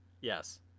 Yes